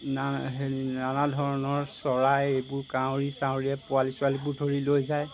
না হেৰি নানা ধৰণৰ চৰাই এইবোৰ কাউৰী চাউৰীয়ে পোৱালি চোৱালিবোৰ ধৰি লৈ যায়